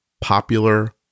popular